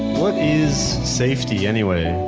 what is safety, anyway?